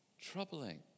troubling